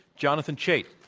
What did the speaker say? jonathan chait.